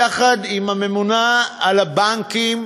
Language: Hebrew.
יחד עם הממונה על הבנקים,